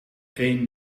een